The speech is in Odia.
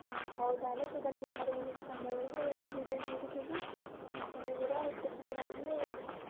ହଁ ହଉ ତା'ହେଲେ ତୁ କାଲି ବାହାରିକି ଯିବୁ ସନ୍ଧ୍ୟା ବେଳକୁ ପୁରା ବାହାରିକି ରେଡି ହିରୋଇନ୍ ହୋଇକି ଯିବୁ ଆଉ ମୁଁ ଯିବି ପୁରା ସ୍କୁଟି ଧରିକି ଆଉ